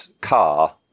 car